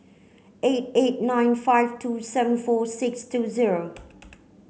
eight eight nine five two seven four six two zero